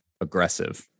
aggressive